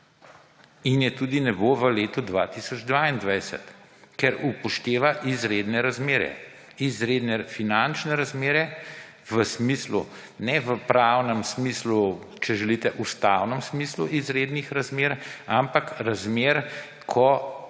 in je tudi ne bo v letu 2022, ker upošteva izredne razmere, izredne finančne razmere, ne v pravnem smislu, če želite ustavnem smislu izrednih razmer, ampak razmer, ko